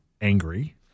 angry